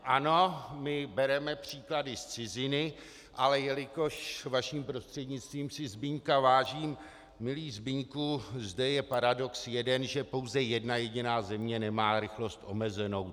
Ano, my bereme příklady z ciziny, ale jelikož, vaším prostřednictvím, si Zbyňka vážím, milý Zbyňku, zde je paradox jeden, že pouze jedna jediná země nemá rychlost omezenou.